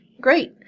Great